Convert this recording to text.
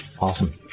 Awesome